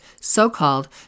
so-called